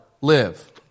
live